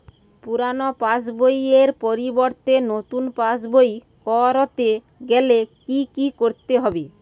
পুরানো পাশবইয়ের পরিবর্তে নতুন পাশবই ক রতে গেলে কি কি করতে হবে?